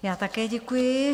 Já také děkuji.